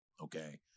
Okay